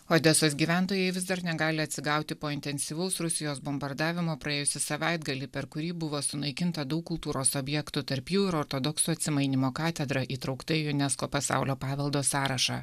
odesos gyventojai vis dar negali atsigauti po intensyvaus rusijos bombardavimo praėjusį savaitgalį per kurį buvo sunaikinta daug kultūros objektų tarp jų ir ortodoksų atsimainymo katedra įtraukta į unesco pasaulio paveldo sąrašą